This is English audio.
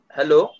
Hello